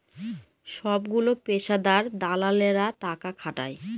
সবগুলো পেশাদার দালালেরা টাকা খাটায়